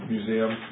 Museum